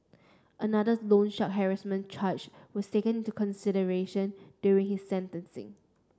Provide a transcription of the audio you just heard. another loan shark harassment charge was taken into consideration during his sentencing